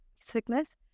sickness